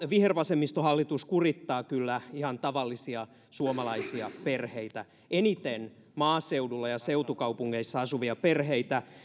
vihervasemmistohallitus kurittaa kyllä ihan tavallisia suomalaisia perheitä eniten maaseudulla ja seutukaupungeissa asuvia perheitä